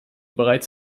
bereits